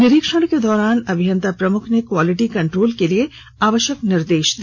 निरीक्षण के दौरान अभियंता प्रमुख ने क्वालिटी कंट्रोल के लिए आवश्यक दिशा निर्देश दिया